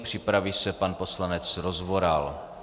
Připraví se pan poslanec Rozvoral.